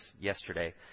yesterday